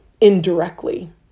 indirectly